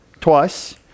twice